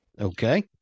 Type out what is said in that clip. Okay